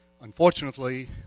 Unfortunately